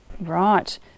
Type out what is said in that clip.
Right